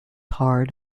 hard